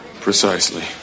Precisely